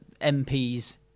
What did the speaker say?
MPs